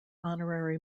honorary